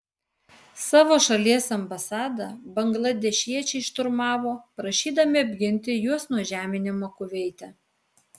savo šalies ambasadą bangladešiečiai šturmavo prašydami apginti juos nuo žeminimo kuveite